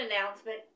announcement